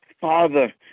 Father